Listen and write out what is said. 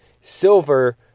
silver